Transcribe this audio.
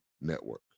Network